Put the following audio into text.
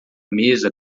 mesa